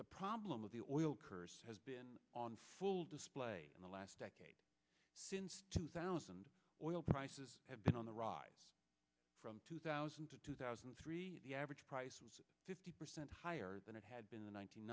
the problem of the oil curse has been on full display in the last decade since two thousand or so prices have been on the rise from two thousand to two thousand and three the average price was fifty percent higher than it had been the one nine